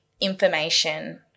information